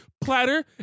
platter